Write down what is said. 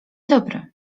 dobry